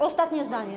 Ostatnie zdanie.